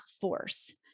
force